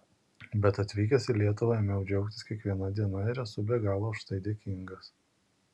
bet atvykęs į lietuvą ėmiau džiaugtis kiekviena diena ir esu be galo už tai dėkingas